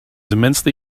immensely